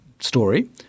story